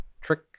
trick